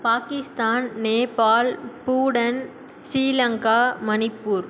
Pakistan Nepal Bhutan Sri Lanka Manipur